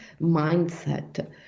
mindset